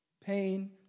pain